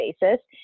basis